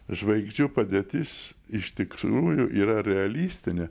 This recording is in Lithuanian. žvaigždžių padėtis iš tikrųjų yra realistinė